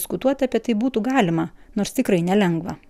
diskutuoti apie tai būtų galima nors tikrai nelengva